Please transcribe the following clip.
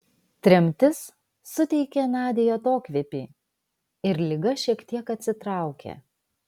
tremtis suteikė nadiai atokvėpį ir liga šiek tiek atsitraukė